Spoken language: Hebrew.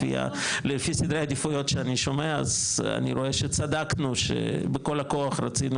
לפי סדרי העדיפות שאני שומע אז אני רואה שצדקנו שבכל הכוח רצינו